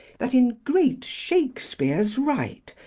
that in great shakespear's right,